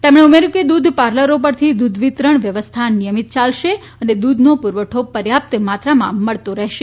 તેમણે ઉમેર્યુ કે દુધ પાર્લરો પરથી દુધ વિતરણ વ્યવસ્થા નિયમીત યાલશે અને દુધનો પુરવઠો પર્યાપ્ત માત્રામાં મળતો રહેશે